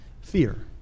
Fear